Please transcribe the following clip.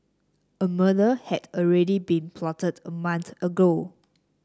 a murder had already been plotted a month ago